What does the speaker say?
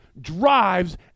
drives